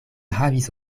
havis